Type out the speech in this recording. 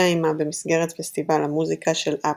עימה במסגרת פסטיבל המוזיקה של אפל.